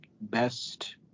best